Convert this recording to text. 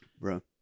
bro